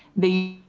the